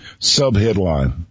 subheadline